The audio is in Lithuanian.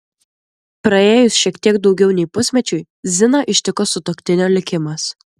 praėjus šiek tiek daugiau nei pusmečiui ziną ištiko sutuoktinio likimas